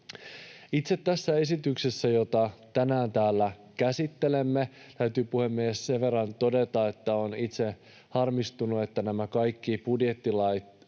Itse tässä esityksessä, jota tänään täällä käsittelemme... Täytyy, puhemies, sen verran todeta, että olen itse harmistunut, että nämä kaikki budjettilait ja